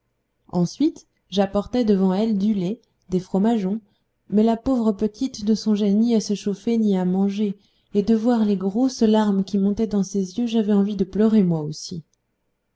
ensuite j'apportai devant elle du lait des fromageons mais la pauvre petite ne songeait ni à se chauffer ni à manger et de voir les grosses larmes qui montaient dans ses yeux j'avais envie de pleurer moi aussi